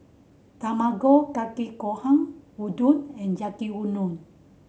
Tamago Kake Gohan Udon and Yaki Udon